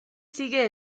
sigue